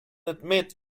admit